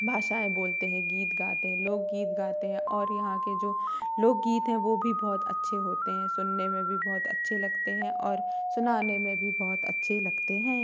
भाषाएँ बोलते हैं गीत गाते हैं लोकगीत गाते हैं और यहाँ के जो लोकगीत हैं वो भी बहुत अच्छे होते हैं सुनने में भी बहोत अच्छे लगते हैं और सुनाने में भी बहुत अच्छे लगते हैं